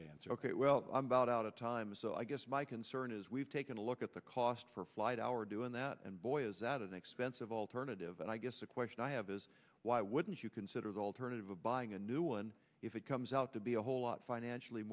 dance ok well i'm about out of time so i guess my concern is we've taken a look at the cost for flight our doing that and boy is at an expensive alternative and i guess the question i have is why wouldn't you consider the alternative of buying a new one if it comes out to be a whole lot financially